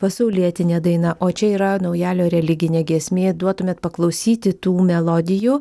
pasaulietinė daina o čia yra naujalio religinė giesmė duotumėt paklausyti tų melodijų